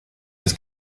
des